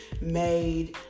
made